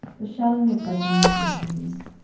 the shelling of baghouz resumes.